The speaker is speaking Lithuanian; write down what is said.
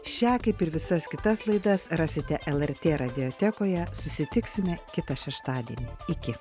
šią kaip ir visas kitas laidas rasite lrt radiotekoje susitiksime kitą šeštadienį iki